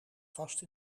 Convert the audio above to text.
vast